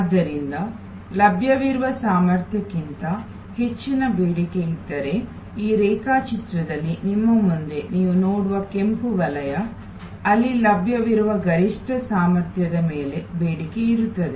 ಆದ್ದರಿಂದ ಲಭ್ಯವಿರುವ ಸಾಮರ್ಥ್ಯಕ್ಕಿಂತ ಹೆಚ್ಚಿನ ಬೇಡಿಕೆ ಇದ್ದರೆ ಈ ರೇಖಾಚಿತ್ರದಲ್ಲಿ ನಿಮ್ಮ ಮುಂದೆ ನೀವು ನೋಡುವ ಕೆಂಪು ವಲಯ ಅಲ್ಲಿ ಲಭ್ಯವಿರುವ ಗರಿಷ್ಠ ಸಾಮರ್ಥ್ಯದ ಮೇಲೆ ಬೇಡಿಕೆ ಇರುತ್ತದೆ